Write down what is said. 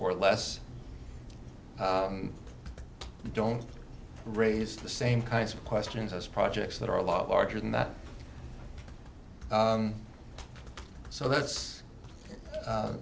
or less we don't raise the same kinds of questions as projects that are a lot larger than that so that's